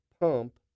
pump